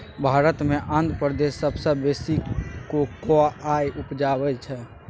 भारत मे आंध्र प्रदेश सबसँ बेसी कोकोआ उपजाबै छै